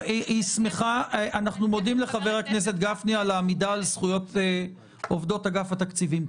אנחנו מודים לחבר הכנסת גפני על העמידה על זכויות עובדות אגף התקציבים.